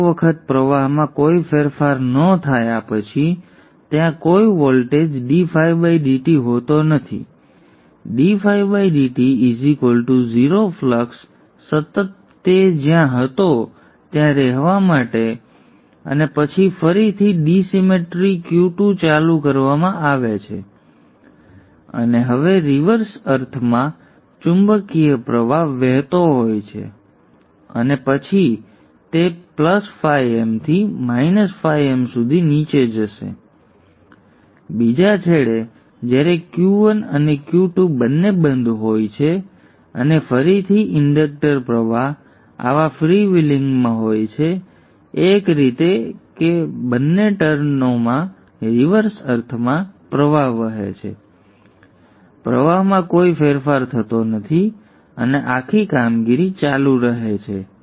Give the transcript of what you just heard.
તેથી એક વખત પ્રવાહમાં કોઈ ફેરફાર ન થયા પછી ત્યાં કોઈ વોલ્ટેજ હોતો નથી 0 ફ્લક્સ સતત તે જ્યાં હતો ત્યાં રહેવા માટે અને પછી ફરીથી ડિસિમેટ્રી Q2 ચાલુ કરવામાં આવે છે અને હવે રિવર્સ અર્થમાં ચુંબકીય પ્રવાહ વહેતો હોય છે અને પછી તે φm થી φm સુધી નીચે જશે અને બીજા છેડે જ્યારે Q1 અને Q2 બંને બંધ હોય છે અને ફરીથી ઈન્ડક્ટર પ્રવાહ આવા ફ્રીવ્હીલિંગમાં હોય છે એક રીતે કે બંને ટર્નોમાં રિવર્સ અર્થમાં પ્રવાહ વહે છે પ્રવાહમાં કોઈ ફેરફાર થતો નથી અને આખી કામગીરી ચાલુ રહે છે